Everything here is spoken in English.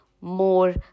more